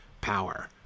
power